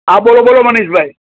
હા બોલો બોલો મનીષભાઈ